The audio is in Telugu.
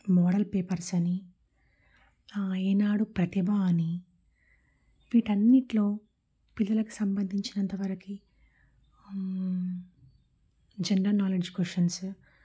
మోడల్ పేపర్స్ అని ఈనాడు ప్రతిభా అని వీటన్నిటిలో పిల్లలకి సంబంధించిన అంత వరకు జనరల్ నాలెడ్జ్ క్వశ్చన్సు